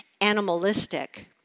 animalistic